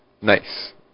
Nice